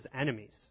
enemies